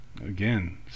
again